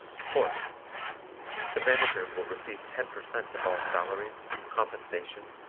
fourth the manager will receive ten percent of all salaries, compensation,